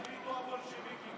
מה החליטו הבולשביקים?